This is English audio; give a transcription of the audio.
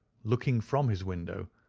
looking from his window,